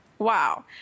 Wow